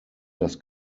das